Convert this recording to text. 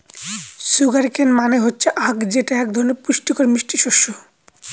sugar কেন মানে হচ্ছে আঁখ যেটা এক ধরনের পুষ্টিকর মিষ্টি শস্য